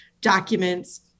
documents